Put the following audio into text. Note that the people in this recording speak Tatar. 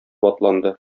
атланды